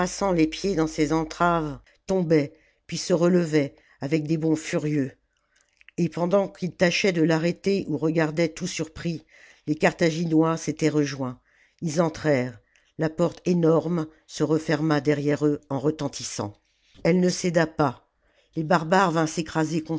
les pieds dans ses entraves tombait puis se relevait avec des bonds furieux et pendant qu'ils tâchaient de l'arrêter ou regardaient tout surpris les carthaginois s'étaient rejoints ils entrèrent la porte énorme se referma derrière eux en retentissant elle ne céda pas les barbares vinrent s'écraser